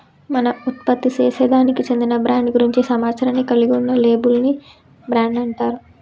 మనం ఉత్పత్తిసేసే దానికి చెందిన బ్రాండ్ గురించి సమాచారాన్ని కలిగి ఉన్న లేబుల్ ని బ్రాండ్ అంటారు